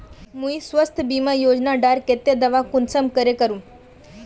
मुई स्वास्थ्य बीमा योजना डार केते दावा कुंसम करे करूम?